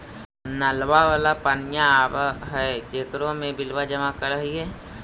नलवा वाला पनिया आव है जेकरो मे बिलवा जमा करहिऐ?